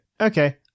Okay